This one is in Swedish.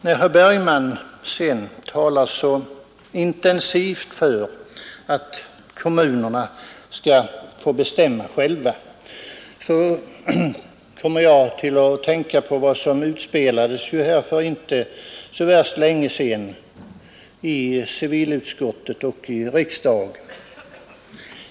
När herr Bergman talar så intensivt för att kommunerna skall få bestämma själva kommer jag att tänka på vad som utspelades för inte så värst länge sedan i civilutskottet och i kammaren.